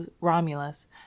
romulus